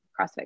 CrossFit